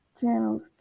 channels